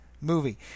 movie